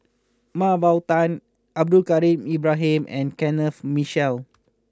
Mah Bow Tan Abdul Kadir Ibrahim and Kenneth Mitchell